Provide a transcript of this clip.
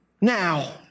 now